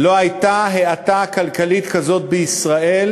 לא הייתה האטה כלכלית כזאת בישראל,